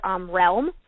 realm